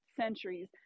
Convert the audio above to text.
centuries